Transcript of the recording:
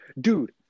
Dude